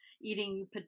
eating